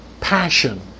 passion